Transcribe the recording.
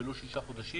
ולא שישה חודשים.